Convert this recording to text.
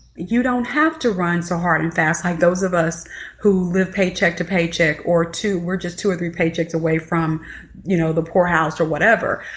you don't have to run so hard and fast like those of us who live paycheck to paycheck or two we're just two or three paychecks away from you know, the poorhouse or whatever